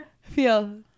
feel